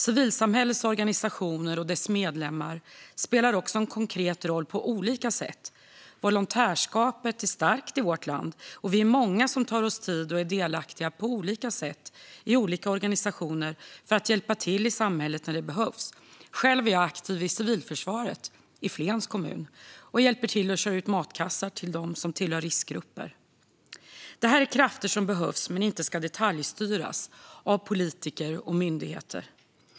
Civilsamhällets organisationer och dess medlemmar spelar en konkret roll på olika sätt. Volontärskapet är starkt i vårt land. Vi är många som tar oss tid och är delaktiga på olika sätt i olika organisationer för att hjälpa till i samhället när det behövs. Själv är jag aktiv i civilförsvaret i Flens kommun och hjälper till med att köra ut matkassar till personer i riskgrupper. Det här är krafter som behövs men som inte ska detaljstyras av politiker och myndigheter.